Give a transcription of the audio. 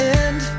end